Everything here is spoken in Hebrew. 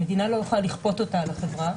המדינה לא יכולה לכפות אותה על החברה,